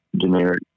generic